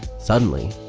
suddenly,